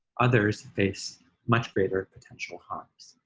others face much greater potential harms.